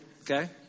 Okay